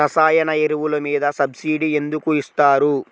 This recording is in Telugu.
రసాయన ఎరువులు మీద సబ్సిడీ ఎందుకు ఇస్తారు?